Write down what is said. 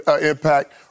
impact